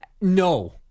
No